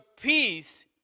peace